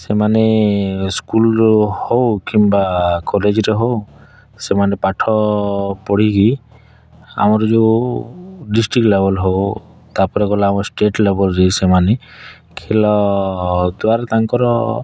ସେମାନେ ସ୍କୁଲ ହଉ କିମ୍ବା କଲେଜରେ ହଉ ସେମାନେ ପାଠ ପଢ଼ିକି ଆମର ଯେଉଁ ଡିଷ୍ଟ୍ରିକ୍ଟ ଲେବଲ୍ ହଉ ତା'ପରେ ଗଲା ଆମର ଷ୍ଟେଟ ଲେବଲ୍ରେ ସେମାନେ ଖେଳ ଦ୍ୱାରା ତାଙ୍କର